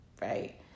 right